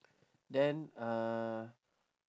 then uh